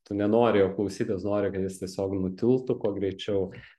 tu nenori jo klausytis nori kad jis tiesiog nutiltų kuo greičiau